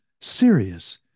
serious